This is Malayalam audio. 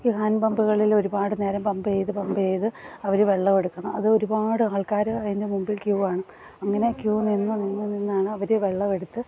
ഈ ഹാൻഡ് പമ്പുകളിൽ ഒരുപാട് നേരം പമ്പ് ചെയ്ത് പമ്പ് ചെയ്ത് അവർ വെള്ളമെടുക്കണം അത് ഒരുപാട് ആൾക്കാർ അതിന്റെ മുൻപിൽ ക്യുവാണ് അങ്ങനെ ക്യു നിന്ന് നിന്ന് നിന്നാണ് അവർ വെള്ളമെടുത്ത്